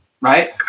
right